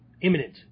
Imminent